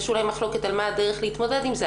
יש אולי מחלוקת על מה הדרך להתמודד עם זה,